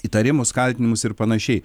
įtarimus kaltinimus ir panašiai